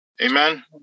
Amen